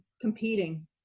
competing